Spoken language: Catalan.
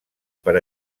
per